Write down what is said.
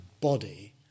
body